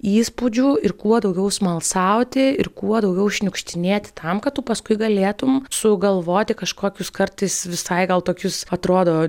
įspūdžių ir kuo daugiau smalsauti ir kuo daugiau šniukštinėti tam kad tu paskui galėtum sugalvoti kažkokius kartais visai gal tokius atrodo